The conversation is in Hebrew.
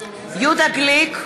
יהודה גליק,